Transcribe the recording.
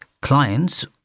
clients